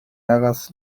hagas